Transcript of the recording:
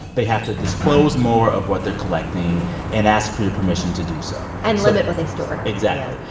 they have to disclose more of what they're collecting and ask for your permission to do so and limit what they store exactly.